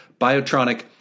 Biotronic